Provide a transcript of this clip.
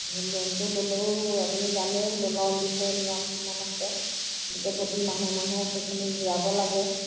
লোনটো ল'লেও আপুনি জানেই লোনৰ দিছে নিয়ম কিমান আছে গতিকে প্ৰতি মাহে মাহে সেইখিনি ঘূৰাব লাগে